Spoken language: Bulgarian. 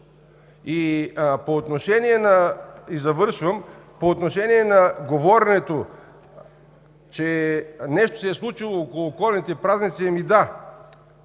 И завършвам – по отношение на говоренето, че нещо се е случило около коледните празници, ами, да,